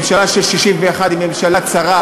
ממשלה של 61 היא ממשלה צרה,